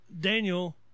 Daniel